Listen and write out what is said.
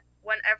whenever